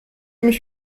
mich